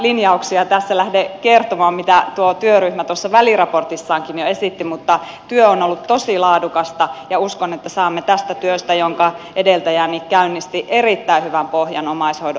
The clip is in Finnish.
en tässä lähde kertomaan kaikista niistä linjauksista mitä tuo työryhmä tuossa väliraportissaankin jo esitti mutta työ on ollut tosi laadukasta ja uskon että saamme tästä työstä jonka edeltäjäni käynnisti erittäin hyvän pohjan omaishoidon uudistustyölle